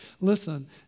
listen